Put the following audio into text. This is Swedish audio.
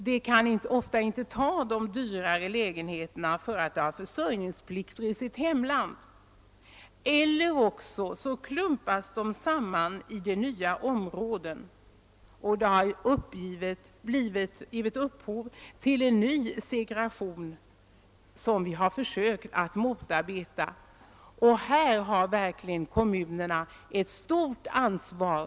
De kan ofta inte ta en dyrare lägenhet för att de har försörjningsplikter i sitt land. Eller också klumpas de samman i nya områden. Det har givit upphov till en ny segregation som vi har försökt att motarbeta. Här har verkligen kommunerna ett stort ansvar.